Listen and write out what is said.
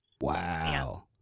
Wow